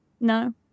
No